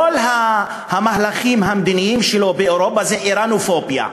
כל המהלכים המדיניים שלו באירופה זה איראנופוביה,